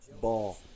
ball